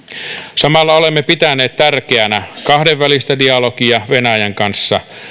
samalla olemme pitäneet tärkeänä kahdenvälistä dialogia venäjän kanssa